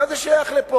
מה זה שייך לפה?